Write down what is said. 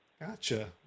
Gotcha